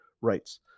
rights